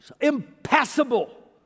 impassable